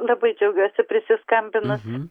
labai džiaugiuosi prisiskambinus